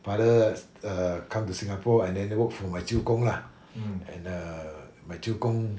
father err come to singapore and then work for my 舅公 lah and err my 舅公